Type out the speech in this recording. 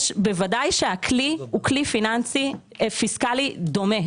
בוודאי שהכלי הוא כלי פיסקלי דומה,